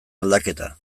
aldaketa